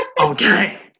okay